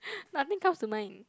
nothing comes to mind